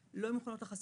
אנחנו לא מוכנות לחשיפה.